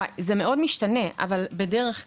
זה מאוד משתנה, אבל בדרך כלל,